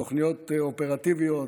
תוכניות אופרטיביות,